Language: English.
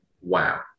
wow